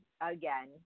again